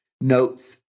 notes